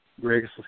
Greg